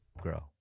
grow